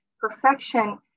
perfection